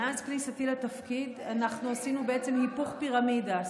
מאז כניסתי לתפקיד אנחנו עשינו בעצם היפוך פירמידה,